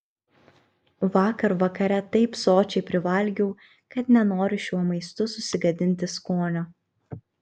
vakar vakare taip sočiai privalgiau kad nenoriu šiuo maistu susigadinti skonio